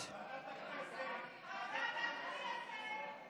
עם נגיף הקורונה החדש (הוראת שעה) (תיקון מס' 4),